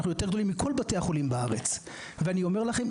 אנחנו יותר גדולים מכל בתי החולים בארץ ואני אמר לכם,